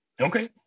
okay